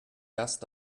gast